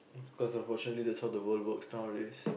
because of unfortunately this is how the world works nowadays